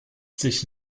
sich